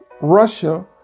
Russia